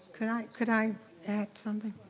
could i could i add something?